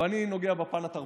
אבל אני, יפה.